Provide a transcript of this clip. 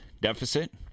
deficit